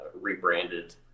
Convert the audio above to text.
rebranded